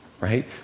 right